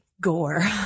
gore